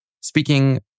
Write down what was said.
speaking